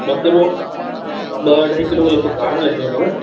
ॿ किलो ॿ अढ़ाई किलो लॻभॻि कार में लॻी वेंदव